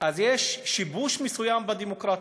יש שיבוש מסוים בדמוקרטיה.